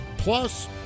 Plus